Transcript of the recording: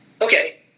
Okay